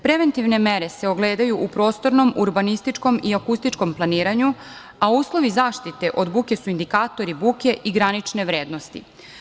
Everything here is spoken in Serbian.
Preventivne mere se ogledaju u prostornom, urbanističkom i akustičkom planiranju, a uslovi zaštite od buke su indikatori buke i granične vrednosti.